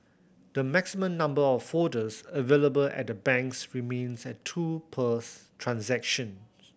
the maximum number of folders available at the banks remains at two per transactions